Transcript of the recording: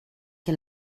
què